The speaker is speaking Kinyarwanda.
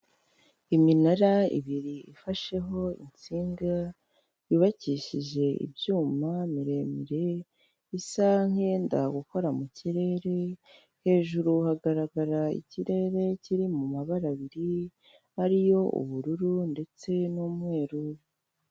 Iminara ibiri ifasheho insinga, yubakishije ibyuma birebire, bisa nkiyenda gukora mu kirere, hejuru hagaragara ikirere kiri mu mabara abiri, ari yo ubururu ndetse n'umweru.